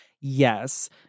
Yes